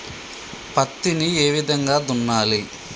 పత్తిని ఏ విధంగా దున్నాలి?